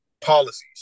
policies